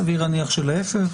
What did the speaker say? סביר להניח שלהפך.